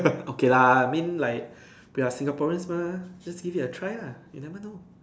okay lah I mean like we are Singaporeans mah just give it a try lah you never know